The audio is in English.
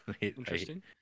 Interesting